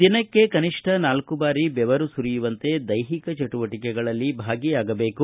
ದಿನಕ್ಕೆ ಕನಿಷ್ಠ ನಾಲ್ಕು ಬಾರಿ ಬೆವರು ಸುರಿಯುವಂತೆ ದೈಹಿಕ ಚಟುವಟಿಕೆಗಳಲ್ಲಿ ಭಾಗಿಯಾಗಬೇಕು